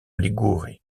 ligurie